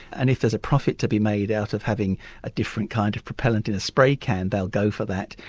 and if there's a profit to be made out of having a different kind of propellant in a spray can they'll go for that.